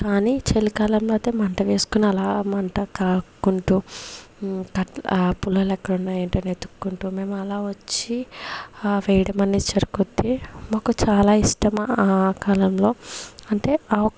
కాని చలికాలంలో అయితే మంట వేసుకొని అలా మంటకాపుకుంటూ కా పుల్లలెక్కడున్నాయి ఏంటని ఎతుక్కుంటూ మేమలా ఒచ్చి వేయడం అనేది జరుగుతుంది మాకు చాలా ఇష్టమా ఆ కాలంలో అంటే ఆ ఒ